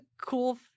cool